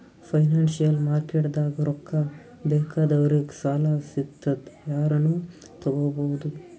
financial ಮಾರ್ಕೆಟ್ದಾಗ್ ರೊಕ್ಕಾ ಬೇಕಾದವ್ರಿಗ್ ಸಾಲ ಸಿಗ್ತದ್ ಯಾರನು ತಗೋಬಹುದ್